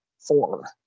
four